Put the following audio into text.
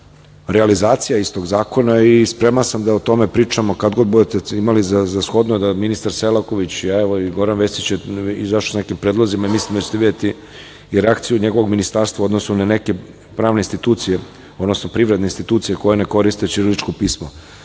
realizacija istog zakona i spreman sam da o tome pričamo kad god budete imali za shodno da ministar Selaković, a i Goran Vesić je izašao sa nekim predlozima, i mislim da ćete videti i reakciju njegovog ministarstva u odnosu na neke pravne institucije, odnosno privredne institucije koje ne koriste ćiriličko pismo,